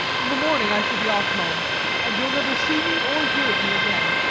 in the morning i shall be off home and you'll never see me or hear of me again.